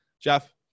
Jeff